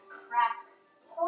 crackers